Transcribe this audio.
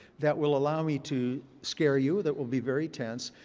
that will allow me to scare you. that will be very tense.